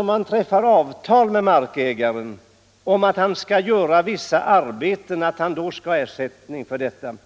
Om man träffar avtal med markägaren att han skall göra vissa arbeten skall han självklart ha ersättning för detta.